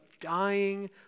dying